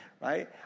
right